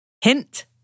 Hint